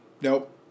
Nope